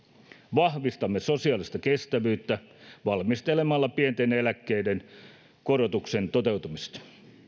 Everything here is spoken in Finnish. vahvistamme sosiaalista kestävyyttä valmistelemalla pienten eläkkeiden korotuksen toteutumista